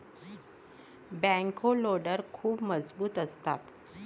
backhoe loader खूप मजबूत असतात